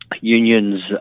Unions